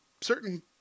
certain